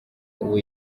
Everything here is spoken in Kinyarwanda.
ubu